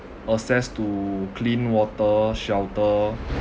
access to clean water shelter